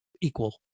equal